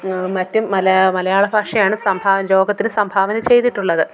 മറ്റും മല മലയാളം ഭാഷയാണ് സംഭാ ലോകത്തിന് സംഭാവന ചെയ്തിട്ടുള്ളത്